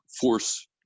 force